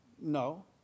No